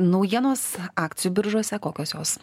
naujienos akcijų biržose kokios jos